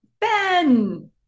Ben